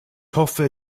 hoffe